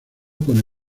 con